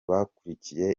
bakurikiye